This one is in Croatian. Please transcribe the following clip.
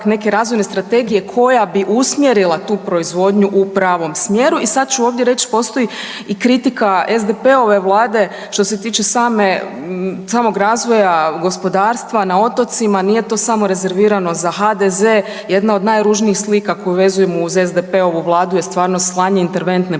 neke razvojne strategije koja bi usmjerila tu proizvodnju u pravom smjeru. I sad ću ovdje reći postoji i kritika SDP-ove vlade što se tiče samog razvoja gospodarstva na otocima nije to samo rezervirano za HDZ, jedna od najružnijih slika koju vežemo uz SDP-ovu vladu je stvarno slanje interventne policije